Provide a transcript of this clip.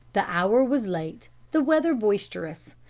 the hour was late, the weather boisterous,